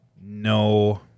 no